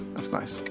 that's nice.